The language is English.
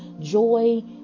joy